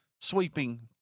sweeping